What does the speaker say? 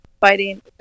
fighting